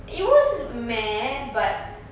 it was meh but